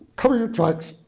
cover your tracks,